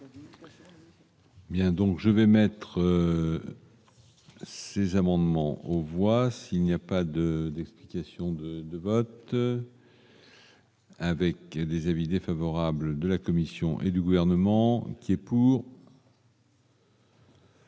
Bien, donc je vais mettre ces amendements, on voit qu'il n'y a pas de d'explications de vote. Avec des avis défavorables de la Commission et du gouvernement qui est pour.